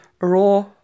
raw